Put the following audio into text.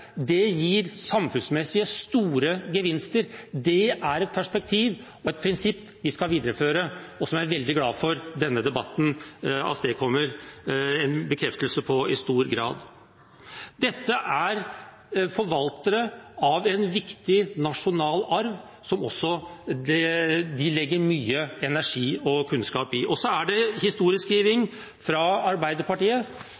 Det gir samfunnsmessig store gevinster. Det er et perspektiv og et prinsipp vi skal videreføre, og som jeg er veldig glad for at det i denne debatten kommer bekreftelse på i stor grad. Dette er forvaltere av en viktig nasjonal arv som de også legger mye energi og kunnskap i. Det er